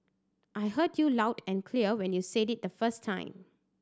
I heard you loud and clear when you said it the first time